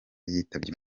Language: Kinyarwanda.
yitabye